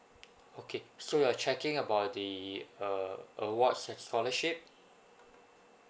okay so you're checking about the uh awards and scholarship